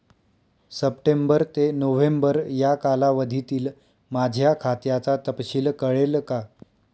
September ते नोव्हेंबर या कालावधीतील माझ्या खात्याचा तपशील कळेल का?